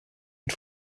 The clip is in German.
mit